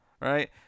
right